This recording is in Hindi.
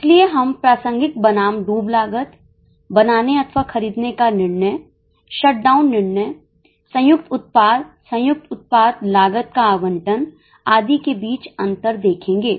इसलिए हम प्रासंगिक बनाम डूब लागत बनाने अथवा खरीदने का निर्णय शटडाउन निर्णय संयुक्त उत्पाद संयुक्त उत्पाद लागत का आवंटन आदि के बीच अंतर देखेंगे